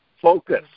focus